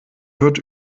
wird